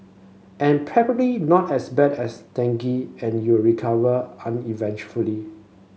an probably not as bad as dengue and you're recover uneventfully